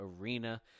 Arena